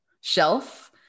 shelf